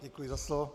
Děkuji za slovo.